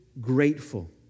grateful